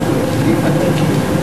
אנחנו ידידים ותיקים,